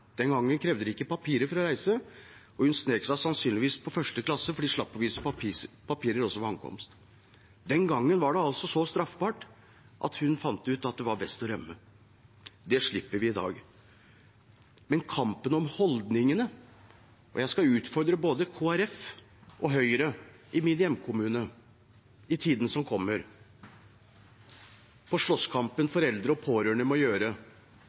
Den gangen krevde de ikke papirer for å reise, og hun snek seg sannsynligvis med på 1. klasse, for de slapp å vise papirer ved ankomst. Den gangen var det altså så straffbart at hun fant ut at det var best å rømme. Det slipper man i dag. Men det er en kamp om holdningene – jeg skal utfordre både Kristelig Folkeparti og Høyre i min hjemkommune i tiden som kommer, når det gjelder slåsskampen foreldre og pårørende må